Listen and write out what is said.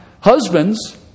husbands